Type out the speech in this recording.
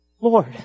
Lord